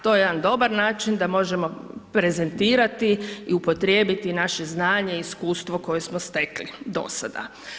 To je jedan dobar način da možemo prezentirati i upotrijebiti naše znanje i iskustvo koje smo stekli do sada.